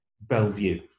Bellevue